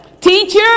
teacher